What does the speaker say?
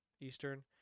Eastern